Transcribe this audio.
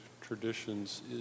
traditions